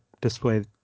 display